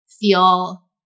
feel